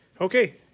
okay